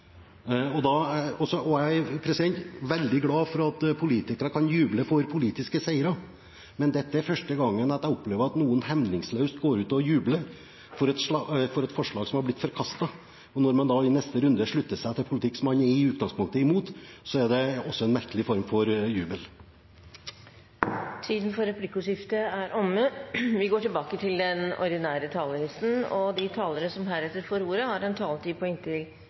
Jeg er veldig glad for at politikere kan juble for politiske seire. Men dette er første gangen jeg opplever at noen hemningsløst går ut og jubler for et forslag som har blitt forkastet. Og når man da i neste runde slutter seg til en politikk som man i utgangpunktet er imot, er det også en merkelig form for jubel. Replikkordskiftet er dermed omme. De talere som heretter får ordet, har en taletid på inntil